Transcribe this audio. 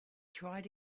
tried